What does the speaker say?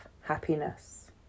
happiness